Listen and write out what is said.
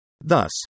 Thus